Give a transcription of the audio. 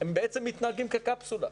הם מתנהגים כקפסולה.